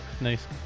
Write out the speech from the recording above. Nice